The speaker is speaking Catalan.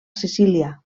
sicília